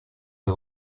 due